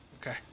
Okay